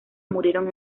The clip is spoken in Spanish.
murieron